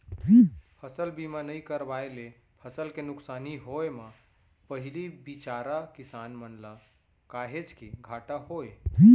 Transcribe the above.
फसल बीमा नइ करवाए ले फसल के नुकसानी होय म पहिली बिचारा किसान मन ल काहेच के घाटा होय